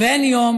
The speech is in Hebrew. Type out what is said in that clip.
ואין יום